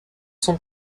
son